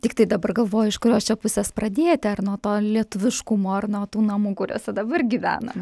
tiktai dabar galvoju iš kurios čia pusės pradėti ar nuo to lietuviškumo ar nuo tų namų kuriuose dabar gyvename